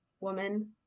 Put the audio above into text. woman